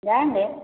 जाएँगे